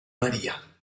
maria